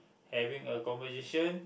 having a conversation